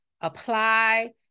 apply